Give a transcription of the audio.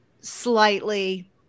slightly